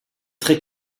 très